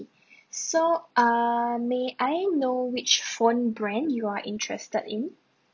so err may I know which phone brand you are interested in